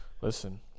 Listen